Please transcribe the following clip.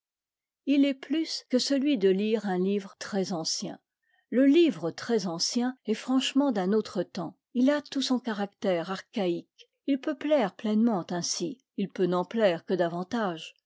il l'est plus que celui de lire un livre très ancien le livre très ancien est franchement d'un autre temps il a tout son caractère archaïque il peut plaire pleinement ainsi il peut n'en plaire que davantage